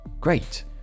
great